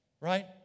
Right